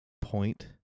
point